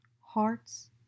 hearts